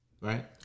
Right